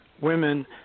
women